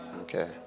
okay